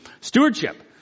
Stewardship